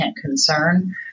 concern